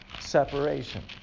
separation